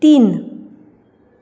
तीन